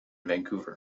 vancouver